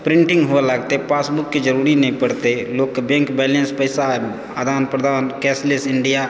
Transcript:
printing होबै लगतै पासबुकक जरुरी नहि पड़तै लोकके बैङ्क बैलेंस पैसा आदान प्रदान कैशलेस इण्डिया